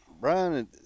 Brian